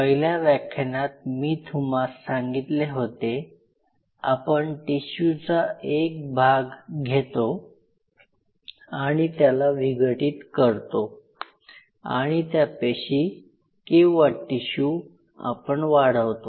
पहिल्या व्याख्यानात मी तुम्हास सांगितले होते आपण टिशूचा एक भाग घेतो आणि त्याला विघटित करतो आणि त्या पेशी किंवा टिशू आपण वाढवतो